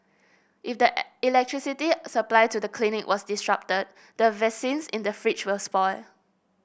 if the electricity supply to the clinic was disrupted the vaccines in the fridge would spoil